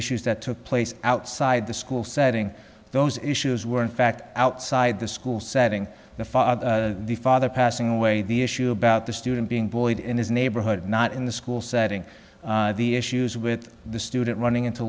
issues that took place outside the school setting those issues were in fact outside the school setting the father the father passing away the issue about the student being bullied in his neighborhood not in the school setting the issues with the student running into